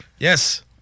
Yes